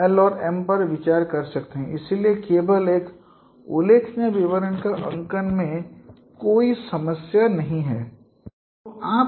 इसलिए केवल एक उल्लेखनीय विवरण के अंकन में कोई समस्या नहीं है